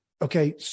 Okay